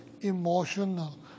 emotional